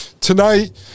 Tonight